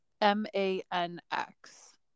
M-A-N-X